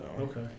Okay